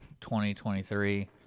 2023